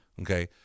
Okay